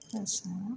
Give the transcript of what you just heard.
जासिगोन नामा